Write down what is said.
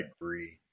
agree